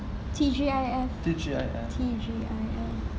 T_G_I_F T_G_I_F